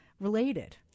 related